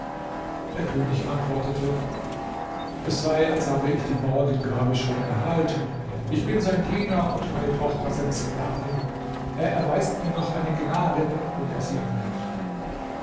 der könig antwortete es sei als habe ich die morgengabe schon erhalten ich bin sein diener und meine tochter seine sklavin er erweist mir noch eine gnade wenn er sie annimmt